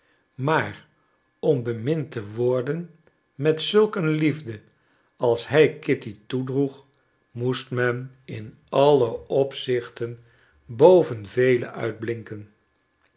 maar om bemind te worden met zulk een liefde als hij kitty toedroeg moest men in alle opzichten boven velen uitblinken